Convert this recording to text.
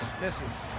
misses